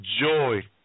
joy